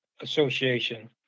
association